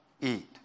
eat